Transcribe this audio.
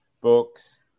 books